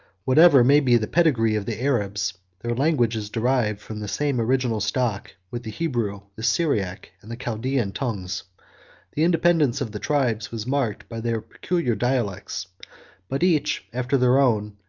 whatever may be the pedigree of the arabs, their language is derived from the same original stock with the hebrew, the syriac, and the chaldaean tongues the independence of the tribes was marked by their peculiar dialects but each, after their own,